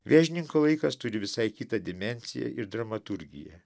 vėžininko laikas turi visai kitą dimensiją ir dramaturgiją